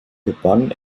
gewann